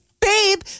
Babe